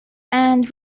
and